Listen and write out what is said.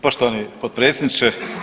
Poštovani potpredsjedniče.